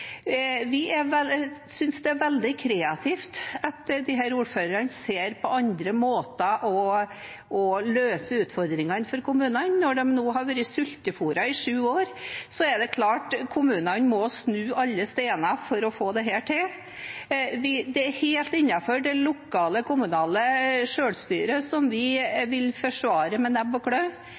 Vi synes det er veldig kreativt at disse ordførerne ser på andre måter å løse utfordringene på for kommunene. Når kommunene nå har vært sultefôret i sju år, er det klart at de må snu alle steiner for å få dette til. Det er helt innenfor det lokale kommunale selvstyret, som vi vil forsvare med nebb og